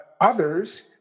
others